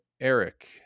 Eric